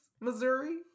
Missouri